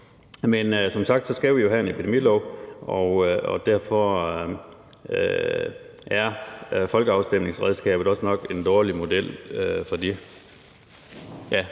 for. Som sagt skal vi jo have en epidemilov, og derfor er folkeafstemningsredskabet nok også en dårlig model